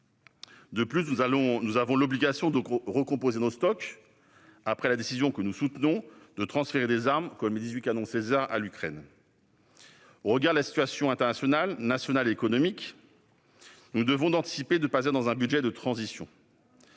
De plus, nous avons l'obligation de recomposer nos stocks après la décision, que nous soutenons, de transférer des armes, notamment dix-huit canons Caesar, à l'armée ukrainienne. Au regard de la situation internationale, nationale et économique, nous nous devons d'anticiper et de ne pas voter un budget de transition.